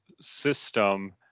system